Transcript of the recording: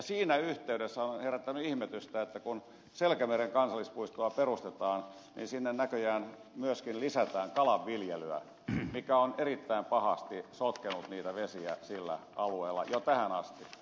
siinä yhteydessä on herättänyt ihmetystä että kun selkämeren kansallispuistoa perustetaan niin sinne näköjään myöskin lisätään kalanviljelyä mikä on erittäin pahasti sotkenut niitä vesiä sillä alueella jo tähän asti